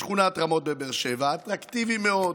בשכונת רמות בבאר שבע, אטרקטיביים מאוד,